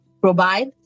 Provide